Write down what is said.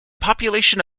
population